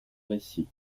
récit